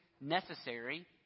necessary